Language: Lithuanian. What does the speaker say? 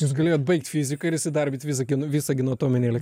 jūs galėjot baigt fiziką ir įsidarbint visagino visagino atominėj elekt